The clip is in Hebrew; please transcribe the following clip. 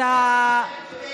מה עם האינפלציה?